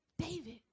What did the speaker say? David